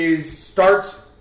starts